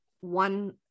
one